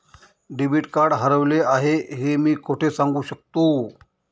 Debit card हरवले आहे हे मी कोठे सांगू शकतो?